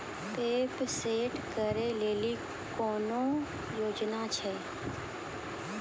Pump set केलेली कोनो योजना छ?